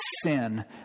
sin